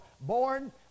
born